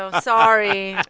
so sorry.